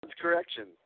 correction